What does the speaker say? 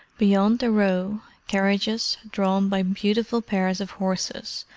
beyond the row, carriages, drawn by beautiful pairs of horses,